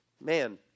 Man